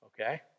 Okay